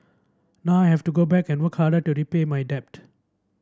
now I have to go back and work harder to repay my debt